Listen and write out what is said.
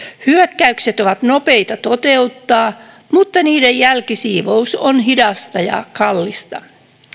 hyökkäykset ovat nopeita toteuttaa mutta niiden jälkisiivous on hidasta ja kallista